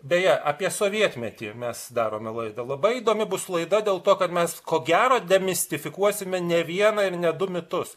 beje apie sovietmetį mes darome laidą labai įdomi bus laida dėl to kad mes ko gero demistifikuosim ne vieną ir ne du mitus